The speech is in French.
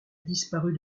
disparu